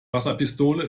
wasserpistole